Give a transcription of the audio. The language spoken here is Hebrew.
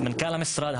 מנכ"ל המשרד,